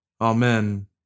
Amen